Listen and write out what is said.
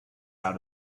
out